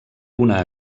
una